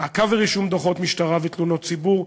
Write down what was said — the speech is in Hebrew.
מעקב ורישום דוחות משטרה ותלונות ציבור,